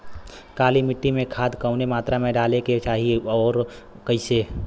काली मिट्टी में खाद कवने मात्रा में डाले के चाही अउर कइसे?